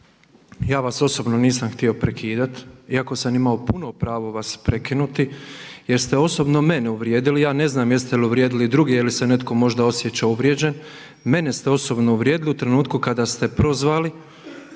ja vas osobno nisam htio prekidat iako sam imao puno pravo vas prekinuti jer ste osobno mene uvrijedili, ja ne znam jeste li uvrijedili druge ili se netko možda osjeća uvrijeđen. Mene ste osobno uvrijedili u trenutku kada ste prozvali